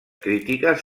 crítiques